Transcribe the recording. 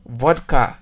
vodka